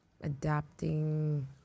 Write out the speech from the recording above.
adapting